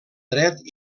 dret